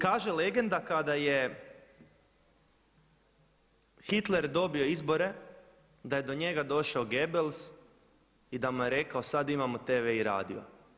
Kaže legenda kada je Hitler dobio izbore da je do njega došao Goebbels i da mu je rekao sada imamo TV i radio.